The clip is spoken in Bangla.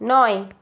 নয়